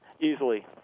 Easily